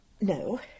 no